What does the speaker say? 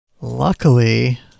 luckily